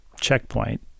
checkpoint